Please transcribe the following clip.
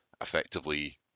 effectively